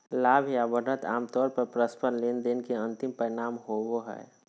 लाभ या बढ़त आमतौर पर परस्पर लेनदेन के अंतिम परिणाम होबो हय